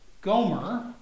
Gomer